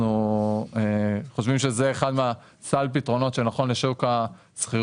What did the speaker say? אנחנו חושבים שזה אחד מסל הפתרונות שנכון לשוק השכירות,